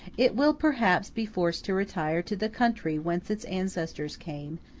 it will perhaps be forced to retire to the country whence its ancestors came,